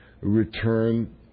return